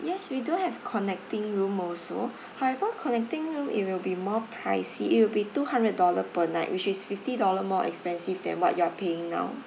yes we do have connecting room also however connecting room it will be more pricey it will be two hundred dollar per night which is fifty dollar more expensive than what you're paying now